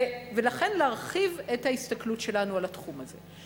ולכן להרחיב את ההסתכלות שלנו על התחום הזה.